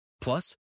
Plus